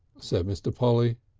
said mr. polly.